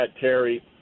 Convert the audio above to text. Terry